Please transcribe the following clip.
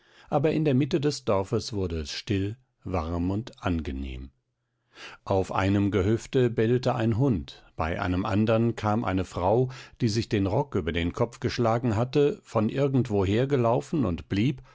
aber in der mitte des dorfes wurde es still warm und angenehm auf einem gehöfte bellte ein hund bei einem andern kam eine frau die sich den rock über den kopf geschlagen hatte von irgendwo hergelaufen und blieb